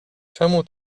czemu